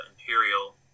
Imperial